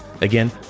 Again